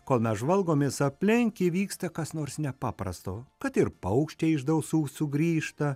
kol mes žvalgomės aplink įvyksta kas nors nepaprasto kad ir paukščiai iš dausų sugrįžta